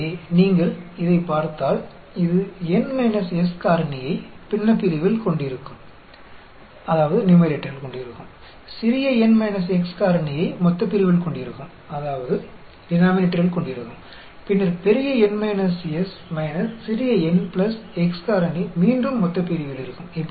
எனவே நீங்கள் இதைப் பார்த்தால் இது N S காரணியை பின்னப்பிரிவில் கொண்டிருக்கும் சிறிய n x காரணியை மொத்தப்பிரிவில் கொண்டிருக்கும் பின்னர் பெரிய N S சிறிய n பிளஸ் x காரணி மீண்டும் மொத்தப்பிரிவில் இருக்கும்